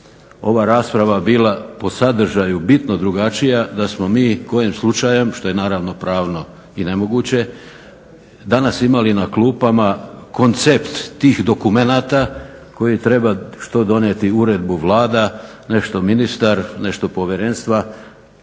ova rasprava bila po sadržaju bitno drugačija da smo mi kojim slučajem što je naravno pravno i nemoguće, danas imali na klupama koncept tih dokumenta koje treba što donijeti uredbu Vlada, nešto ministar, nešto povjerenstva.